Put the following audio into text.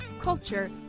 culture